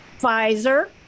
Pfizer